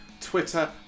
Twitter